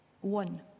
one